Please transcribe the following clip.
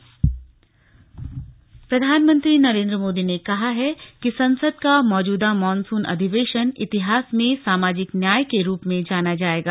संवैधानिक दर्जा प्रधानमंत्री नरेन्द्र मोदी ने कहा है कि संसद का मौजूदा मानसून अधिवेशन इतिहास में सामाजिक न्याय के रूप में जाना जाएगा